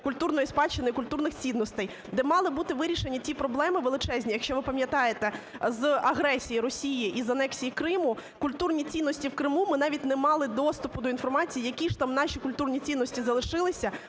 культурної спадщини і культурних цінностей; де мали б бути вирішені ті проблеми величезні, якщо ви пам'ятаєте, з агресії Росії і з анексії Криму, культурні цінності в Криму, ми навіть не мали доступу до інформації, які ж там наші культурні цінності залишилися,